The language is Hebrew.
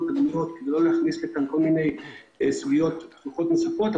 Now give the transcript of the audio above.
האלה ולא להכניס לתוכן כל מיני סוגיות פתוחות נוספות.